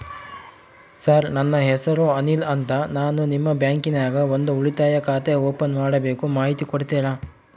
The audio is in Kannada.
ಸರ್ ನನ್ನ ಹೆಸರು ಅನಿಲ್ ಅಂತ ನಾನು ನಿಮ್ಮ ಬ್ಯಾಂಕಿನ್ಯಾಗ ಒಂದು ಉಳಿತಾಯ ಖಾತೆ ಓಪನ್ ಮಾಡಬೇಕು ಮಾಹಿತಿ ಕೊಡ್ತೇರಾ?